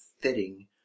fitting